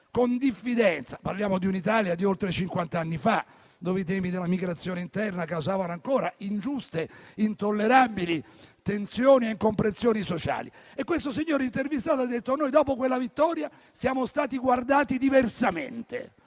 con diffidenza». Parliamo di un'Italia di oltre cinquant'anni fa, dove i temi della migrazione interna causavano ancora ingiuste, intollerabili tensioni e incomprensioni sociali. Quel signore intervistato ha detto che, dopo quella vittoria, sono stati guardati diversamente